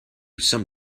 some